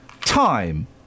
time